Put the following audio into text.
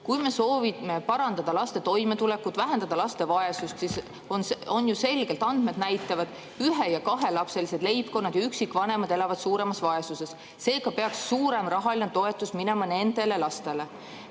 [nagu] soovime parandada laste toimetulekut, vähendada laste vaesust, aga on ju selge, et andmed näitavad, et ühe- ja kahelapselised leibkonnad ja üksikvanemad elavad suuremas vaesuses. Seega peaks suurem rahaline toetus minema nendele lastele.